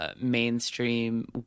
Mainstream